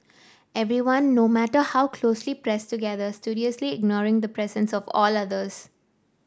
everyone no matter how closely pressed together studiously ignoring the presence of all others